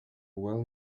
well